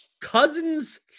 cousins